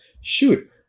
shoot